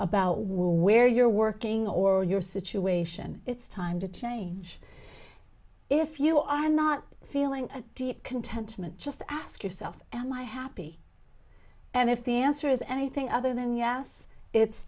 about where you're working or your situation it's time to change if you are not feeling deep contentment just ask yourself am i happy and if the answer is anything other than yes it's